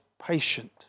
patient